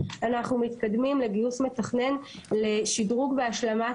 אנחנו מתקדמים לגיוס מתכנן לשדרוג והשלמת